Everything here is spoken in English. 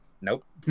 Nope